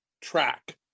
track